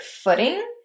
footing